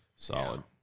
Solid